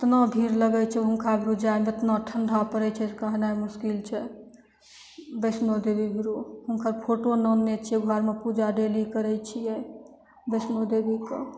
इतना भीड़ लगय छै हुनका भीर जाइमे इतना ठण्डा पड़य छै जे कहनाइ मुश्किल छै वैष्णो देवी भीर हुनकर फोटो आनने छियै घरमे पूजा डेली करय छियै वैष्णो देवीके